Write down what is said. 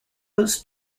was